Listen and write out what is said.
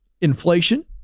inflation